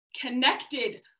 connected